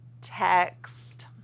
Text